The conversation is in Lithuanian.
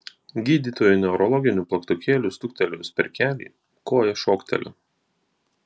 gydytojui neurologiniu plaktukėliu stuktelėjus per kelį koja šokteli